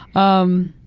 um,